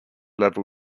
level